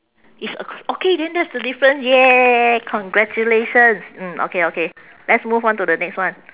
it's ac~ okay then that's the difference !yay! congratulations mm okay okay let's move on to the next one